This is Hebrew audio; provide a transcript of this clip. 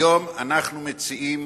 היום אנחנו מציעים